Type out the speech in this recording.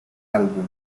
álbum